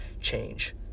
change